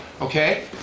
okay